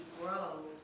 grow